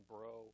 Bro